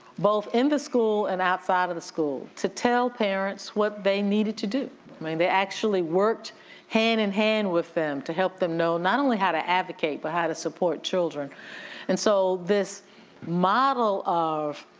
both in the school and outside of the school to tell parents what they needed to do. i mean they actually worked hand in hand with them to help them know, not only how to advocate, but how to support children and so this model of,